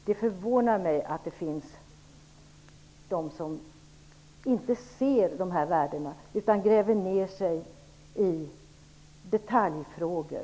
Det förvånar mig att det finns människor som inte ser dessa värden utan i stället gräver ned sig i detaljfrågor.